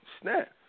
snap